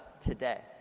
today